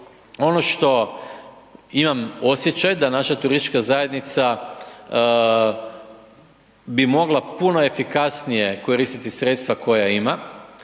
Ono šta imam osjećaj da naša turistička zajednica bi mogla puno efikasnije koristiti sredstva koja ima.